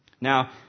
Now